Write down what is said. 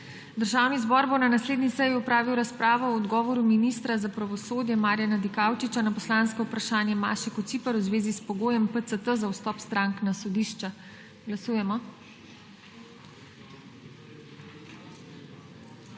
Državni zbor bo na naslednji seji opravil razpravo o odgovoru ministra za pravosodje Marjana Dikaučiča na poslansko vprašanje Maše Kociper v zvezi s pogojem PCT za vstop strank na sodišča. Glasujemo.